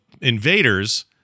invaders